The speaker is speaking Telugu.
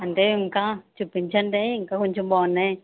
అంటే ఇంకా చూపించండి ఇంకా కొంచుం బాగున్నాయి